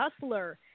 Hustler*